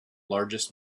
largest